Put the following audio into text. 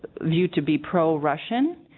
viewed to be pro-russian